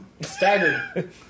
Staggered